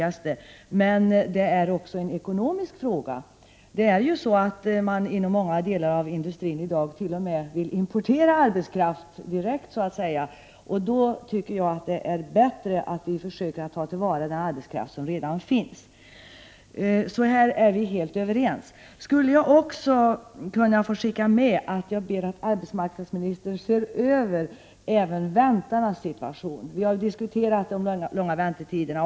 Men det är också en ekonomisk fråga. På många håll inom industrin vill man ju i dag t.o.m. importera arbetskraft. Men då tycker jag att det är bättre att försöka att ta till vara den arbetskraft som redan finns här. På den punkten är vi således helt överens. Kanske skulle arbetsmarknadsministern också kunna se över väntarnas situation. Vi har ju diskuterat de långa väntetiderna.